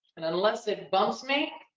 and unless it and bumps me,